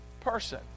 person